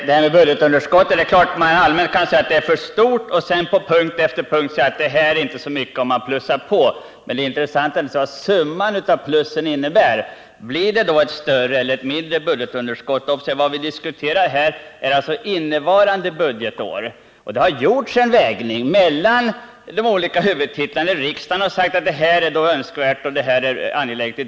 Herr talman! Det är klart att man allmänt kan säga att budgetunderskottet är för stort, och sedan på punkt efter punkt säga att det inte blir så mycket större av att man ökar på det litet. Men det intressanta är naturligtvis vad summan av alla dessa plus blir. Blir budgetunderskottet då större eller mindre? Observera att vad vi här diskuterar är budgetunderskottet för innevarande budgetår. Riksdagen har för detta budgetår redan gjort en avvägning mellan de olika huvudtitlarna och uttalat sig om vad som är angelägnast.